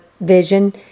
vision